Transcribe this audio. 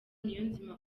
niyonzima